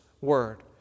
word